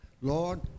Lord